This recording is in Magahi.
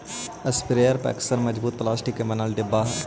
स्प्रेयर पअक्सर मजबूत प्लास्टिक के बनल डब्बा हई